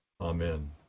Amen